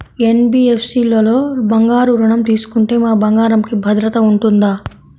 NBFC లలో బంగారు ఋణం తీసుకుంటే మా బంగారంకి భద్రత ఉంటుందా?